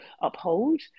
uphold